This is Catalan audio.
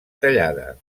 tallada